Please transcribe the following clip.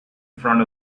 front